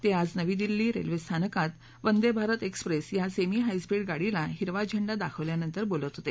ते आज नवी दिल्ली रेल्वे स्थानकात वंदे भारत एक्सप्रेस या सेमी हायस्पीड गाडीला हिरवा झेंडा दाखवल्यानंतर बोलत होते